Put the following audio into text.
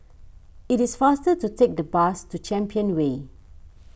it is faster to take the bus to Champion Way